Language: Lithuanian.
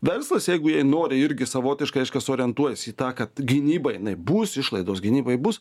verslas jeigu jie nori irgi savotiškai reiškias orientuojas į tą kad gynybai bus išlaidos gynybai bus